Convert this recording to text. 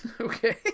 Okay